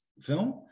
film